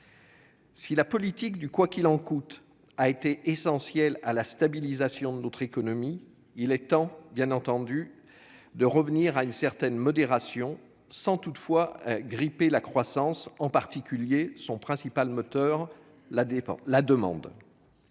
Si la politique du « quoi qu'il en coûte » a été essentielle à la stabilisation de notre économie, il est temps de revenir à une certaine modération, sans toutefois gripper la croissance, en particulier son principal moteur, la demande.